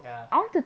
ya